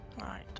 Right